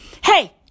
Hey